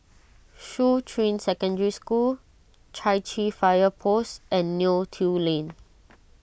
Shuqun Secondary School Chai Chee Fire Post and Neo Tiew Lane